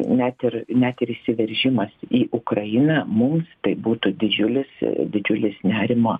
net ir net ir įsiveržimas į ukrainą mums tai būtų didžiulis didžiulis nerimo